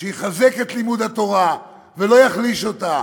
שיחזק את לימוד התורה ולא יחליש אותו,